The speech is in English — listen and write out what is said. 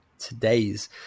today's